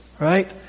right